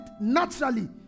naturally